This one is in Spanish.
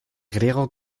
griego